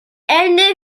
elle